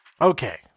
Okay